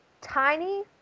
tiny